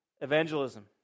evangelism